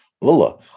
Lula